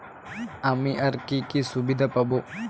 আমি আর কি কি সুবিধা পাব?